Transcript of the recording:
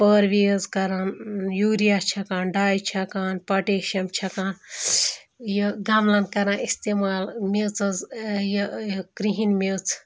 پٲروِی حظ کَران یوٗریا چھَکان ڈَاے چھَکان پۄٹیشیَم چھَکان یہِ گَملَن کَران استعمال میٚژ حظ یہِ کِرٛہِنۍ میٚژ